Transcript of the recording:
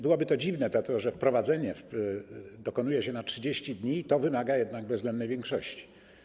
Byłoby to dziwne, dlatego że wprowadzenia dokonuje się na 30 dni i wymaga to bezwzględnej większości.